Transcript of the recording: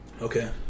Okay